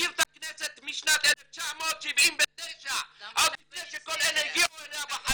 מכיר את הכנסת משנת 1979 עוד לפני שכל אלה הגיעו אליה.